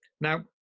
now